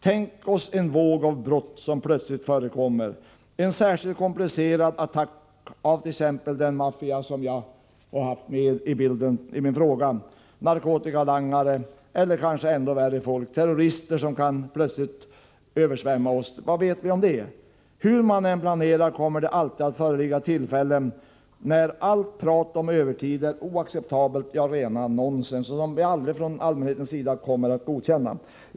Tänk om vi fick en Torsdagen den plötslig våg av brott, en särskilt komplicerad attack av t.ex. den maffia som 29 november 1984 jag hade med i bilden i min replik! Det kan vara fråga om narkotikalangare eller, ännu värre, terrorister som plötsligt översvämmar oss. Vad vet vi om | ad å Om övertidsreglerdet? Hur man än planerar kommer det alltid att uppstå situationer där allt övertid är o j nt nonsens och nå man från - prat om öÖverti acceptabelt — ja, rent el något som ningspersonal allmänhetens sida aldrig kommer att godkänna.